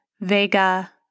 Vega